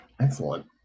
excellent